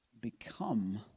become